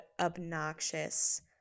obnoxious